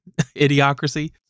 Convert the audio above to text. idiocracy